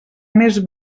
més